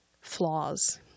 flaws